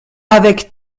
avec